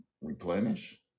replenish